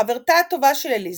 חברתה הטובה של אליזבת,